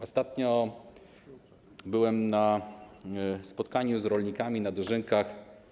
Ostatnio byłem na spotkaniu z rolnikami na dożynkach.